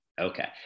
Okay